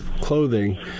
clothing